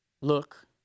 Look